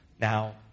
Now